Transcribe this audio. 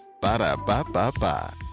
Ba-da-ba-ba-ba